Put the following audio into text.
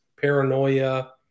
paranoia